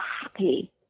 happy